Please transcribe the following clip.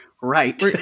Right